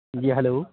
جی hello